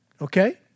okay